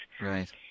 Right